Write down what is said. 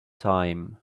time